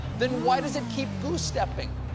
then why does it keep goose-stepping?